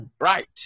Right